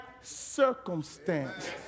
circumstance